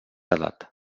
edat